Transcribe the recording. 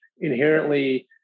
inherently